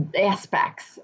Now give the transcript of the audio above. aspects